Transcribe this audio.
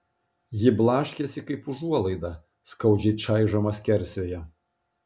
ji blaškėsi kaip užuolaida skaudžiai čaižoma skersvėjo